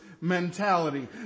mentality